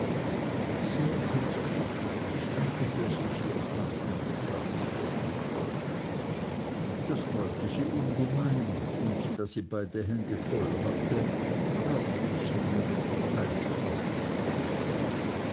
sehr glücklich ich danke dir so sehr tante gab ich zur antwort das freute sie ungemein und da sie beide hände voll hatte klopfte sie mir mit der peitsche auf den kopf